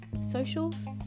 socials